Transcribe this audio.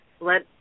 let